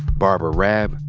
barbara raab,